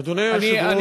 אדוני היושב-ראש,